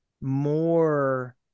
more